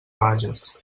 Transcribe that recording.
bages